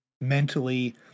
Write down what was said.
mentally